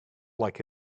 like